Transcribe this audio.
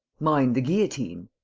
mind the guillotine!